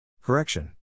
Correction